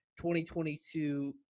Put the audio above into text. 2022